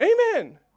Amen